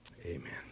Amen